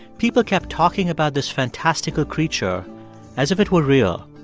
people kept talking about this fantastical creature as if it were real.